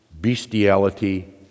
bestiality